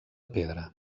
pedra